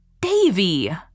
Davy